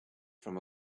from